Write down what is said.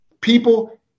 People